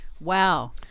Wow